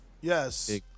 yes